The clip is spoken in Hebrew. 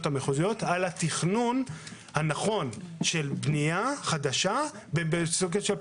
המחוזיות על התכנון הנכון של בנייה חדשה בסוגים של פסולת.